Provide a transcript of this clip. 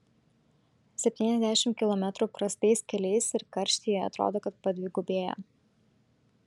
septyniasdešimt kilometrų prastais keliais ir karštyje atrodo kad padvigubėja